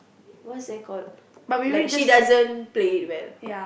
what's that called like she doesn't play it well